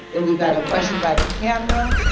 and we've got a question by the camera,